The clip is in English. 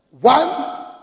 One